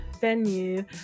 venue